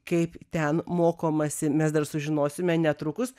kaip ten mokomasi mes dar sužinosime netrukus